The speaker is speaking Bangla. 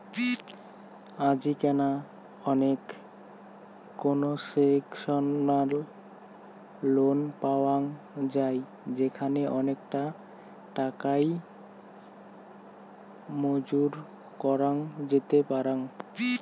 আজিকেনা অনেক কোনসেশনাল লোন পাওয়াঙ যাই যেখানে অনেকটা টাকাই মকুব করা যেতে পারাং